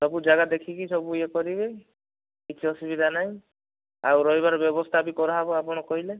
ସବୁ ଜାଗା ଦେଖିକି ସବୁ ଇଏ କରିବେ କିଛି ଅସୁବିଧା ନାହିଁ ଆଉ ରହିବାର ବ୍ୟବସ୍ଥା ବି କରାହେବ ଆପଣ କହିଲେ